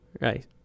Right